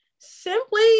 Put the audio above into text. simply